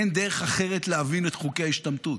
אין דרך אחרת להבין את חוקי ההשתמטות.